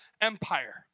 empire